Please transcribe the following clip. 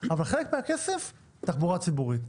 אבל חלק מהכסף לתחבורה ציבורית.